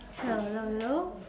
hello hello hello